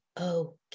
okay